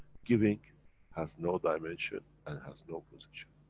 giving has no dimension and has no position.